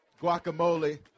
guacamole